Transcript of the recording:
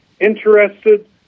interested